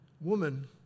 woman